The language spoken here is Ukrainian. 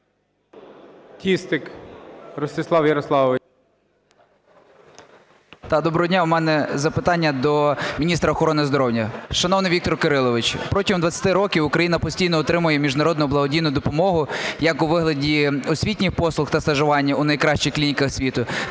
Тістик Ростислав Ярославович.